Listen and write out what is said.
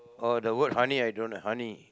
orh the word honey I don't honey